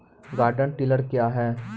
Garden tiller क्या हैं?